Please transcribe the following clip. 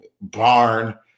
barn